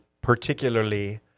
particularly